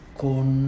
con